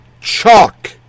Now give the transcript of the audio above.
chalk